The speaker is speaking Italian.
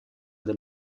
del